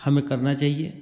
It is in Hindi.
हमें करना चाहिए